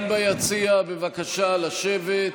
גם ביציע, בבקשה לשבת.